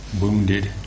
wounded